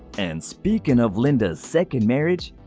and speaking of linda's second marriage,